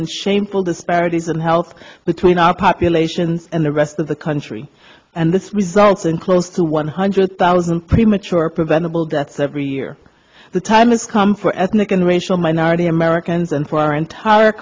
and shameful disparities in health between our population and the rest of the country and this results in close to one hundred thousand premature preventable deaths every year the time is come for ethnic and racial minority americans and for our entire